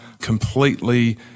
completely